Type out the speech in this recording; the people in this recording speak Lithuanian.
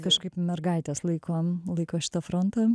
kažkaip mergaitės laikom laiko šitą frontą